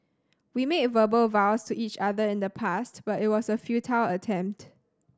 we made verbal vows to each other in the past but it was a futile attempt